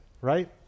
right